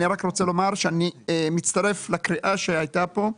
אני רוצה לומר שאני מצטרף לקריאה שהייתה כאן.